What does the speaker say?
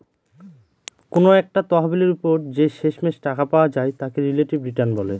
কোনো একটা তহবিলের ওপর যে শেষমেষ টাকা পাওয়া যায় তাকে রিলেটিভ রিটার্ন বলে